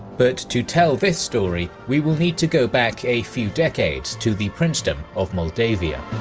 but to tell this story, we will need to go back a few decades to the princedom of moldavia.